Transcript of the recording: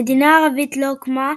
המדינה הערבית לא הוקמה,